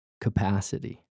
capacity